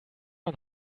man